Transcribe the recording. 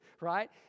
right